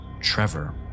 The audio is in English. Trevor